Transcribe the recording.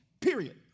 period